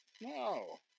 No